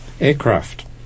aircraft